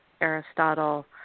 Aristotle